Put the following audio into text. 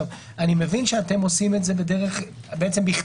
אני מבין שאתם עושים את הדברים האלה בכתב,